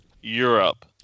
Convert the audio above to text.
Europe